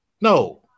no